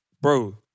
Bro